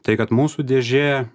tai kad mūsų dėžė